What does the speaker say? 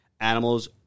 animals